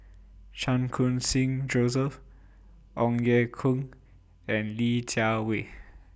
Chan Khun Sing Joseph Ong Ye Kung and Li Jiawei